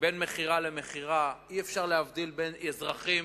בין מכירה למכירה, אי-אפשר להבחין בין אזרחים